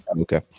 Okay